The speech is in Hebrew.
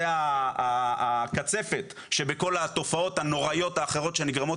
זה הקצפת שבכל התופעות הנוראיות אחרות שנגרמות